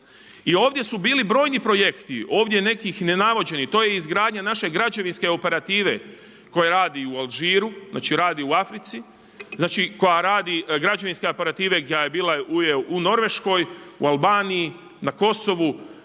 I ovdje su bili brojni projekti, ovdje nekih nenavođenih, to je izgradnja naše građevinske operative koja radi u Alžiru, znači u Africi, građanske operative koja je bila u Norveškoj, u Albaniji, na Kosovu